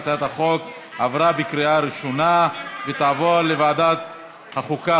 הצעת החוק עברה בקריאה ראשונה ותעבור לוועדת החוקה,